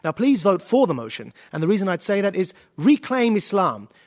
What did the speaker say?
ah please vote for the motion, and the reason i'd say that is reclaim islam,